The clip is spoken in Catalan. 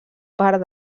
part